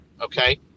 okay